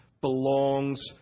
belongs